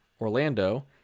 Orlando